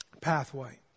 pathway